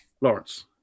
Lawrence